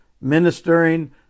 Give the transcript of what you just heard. ministering